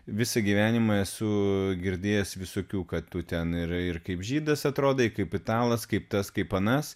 visą gyvenimą esu girdėjęs visokių kad tu ten yra ir kaip žydas atrodai kaip italas kaip tas kaip anas